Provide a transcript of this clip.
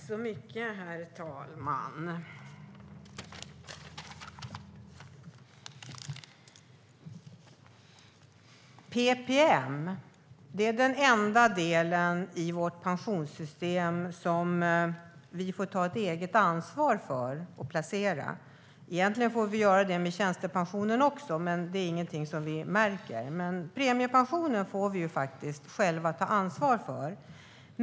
Herr talman! PPM är den enda delen i vårt pensionssystem som vi får ta eget ansvar för att placera. Egentligen får vi göra det med tjänstepensionen också, men det är ingenting som vi märker. Men premiepensionen får vi ju faktiskt själva ta ansvar för.